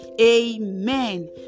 Amen